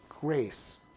grace